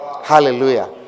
Hallelujah